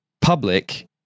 public